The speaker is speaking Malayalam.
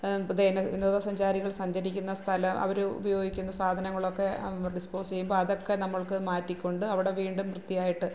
വിനോദസഞ്ചാരികള് സഞ്ചരിക്കുന്ന സ്ഥലം അവർ ഉപയോഗിക്കുന്ന സാധനങ്ങളൊക്കെ ഡിസ്പോസ് ചെയ്യുമ്പോൾ അതൊക്കെ നമുക്ക് മാറ്റിക്കൊണ്ട് അവിടെ വീണ്ടും വൃത്തിയായിട്ട്